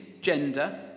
gender